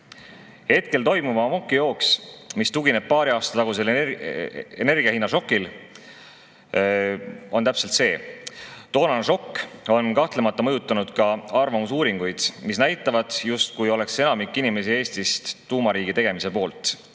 Hetkel toimub amokijooks, mis tugineb paari aasta tagusel energiahinnašokil. Toonane šokk on kahtlemata mõjutanud ka arvamusuuringuid, mis näitavad, justkui oleks enamik inimesi Eestist tuumariigi tegemise poolt.